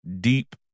deep